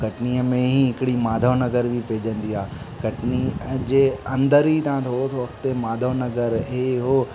कटनीअ में ई हिकिड़ी माधवनगर बि पइजंदी आहे कटनीअ जे अंदरि ई तव्हां थोरो सो अॻिते माधव नगर ए हो